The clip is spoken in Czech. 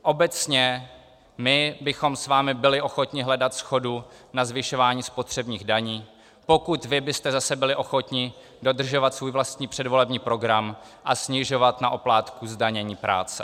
Obecně my bychom s vámi byli ochotni hledat shodu na zvyšování spotřebních daní, pokud vy byste zase byli ochotni dodržovat svůj vlastní předvolební program a snižovat na oplátku zdanění práce.